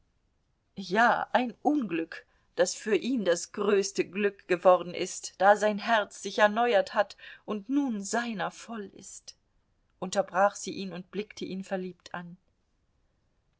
ja ein unglück das für ihn das größte glück geworden ist da sein herz sich erneuert hat und nun seiner voll ist unterbrach sie ihn und blickte ihn verliebt an